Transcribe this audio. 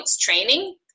training